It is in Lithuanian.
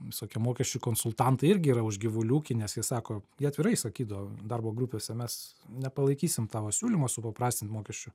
visokie mokesčių konsultantai irgi yra už gyvulių ūkį nes jie sako jie atvirai sakydavo darbo grupėse mes nepalaikysim tavo siūlymo supaprastint mokesčių